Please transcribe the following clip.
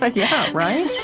like yeah. right